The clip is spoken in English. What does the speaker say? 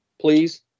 please